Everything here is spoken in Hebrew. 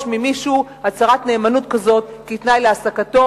ממישהו הצהרת נאמנות כזאת כתנאי להעסקתו.